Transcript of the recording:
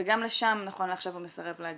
וגם לשם נכון לעכשיו הוא מסרב להגיע.